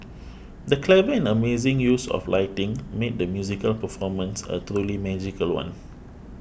the clever and amazing use of lighting made the musical performance a truly magical one